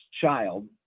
child